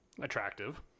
attractive